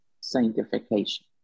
sanctification